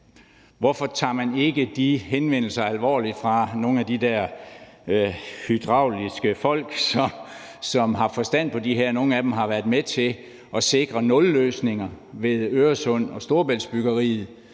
hvorfor tager man så ikke henvendelserne alvorligt fra nogle af de der hydrologer, som har forstand på de her ting? Nogle af dem har været med til at sikre nulløsninger i forbindelse med Øresund- og Storebæltsbyggeriet